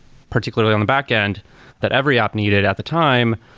particularly on the backend that every app needed at the time